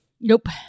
Nope